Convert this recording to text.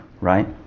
right